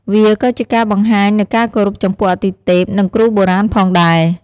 វាក៏ជាការបង្ហាញនូវការគោរពចំពោះអាទិទេព និងគ្រូបុរាណផងដែរ។